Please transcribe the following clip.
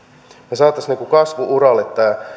me saisimme kasvu uralle